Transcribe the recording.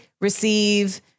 receive